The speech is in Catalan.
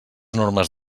normes